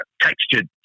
textured